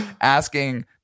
asking